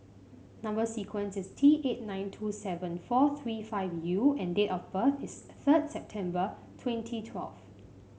number sequence is T eight nine two seven four three five U and date of birth is third of September twenty twelve